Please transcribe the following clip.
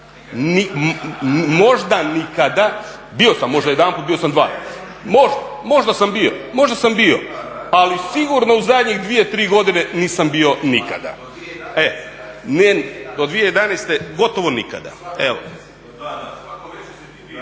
možda nikada, bio sam možda jedanput, bio sam dva puta, možda sam bio. Ali sigurno u zadnjih 2, 3 godine nisam bio nikada. … /Upadica